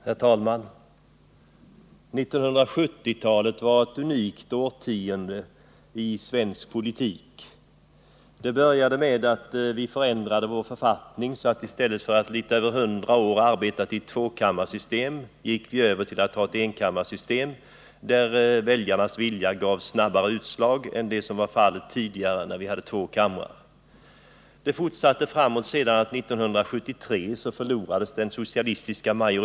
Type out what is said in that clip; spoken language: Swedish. Herr talman! 1970-talet var ett unikt årtionde i svensk politik. Det började med att vi förändrade vår författning. Efter att i litet över 100 år ha arbetat i tvåkammarsystem gick vi över till ett enkammarsystem, där väljarnas vilja gav snabbare utslag än som var fallet när vi hade två kamrar. Det fortsatte med att den socialistiska majoriteten förlorades 1973.